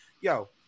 Yo